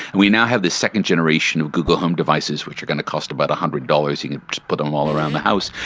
we now have this second generation of google home devices which are going to cost about one hundred dollars, you can just put them all around the house,